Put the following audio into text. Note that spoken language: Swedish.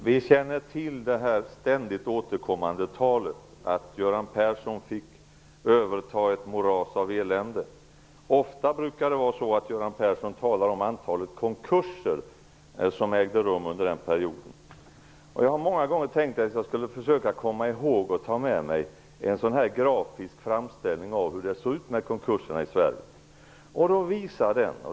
Fru talman! Det är ett ständigt återkommande tal att Göran Persson fick överta ett moras av elände. Ofta talar Göran Persson om antalet konkurser som ägde rum under den perioden. Jag har många gånger tänkt att jag skall försöka komma ihåg att ta med mig en grafisk framställning av hur det såg ut när det gällde konkurserna i Sverige.